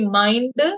mind